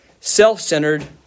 Self-centered